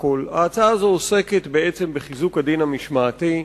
ההצעה הזאת עוסקת בחיזוק הדין המשמעתי,